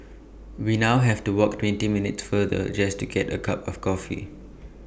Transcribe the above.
we now have to walk twenty minutes farther just to get A cup of coffee